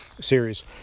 series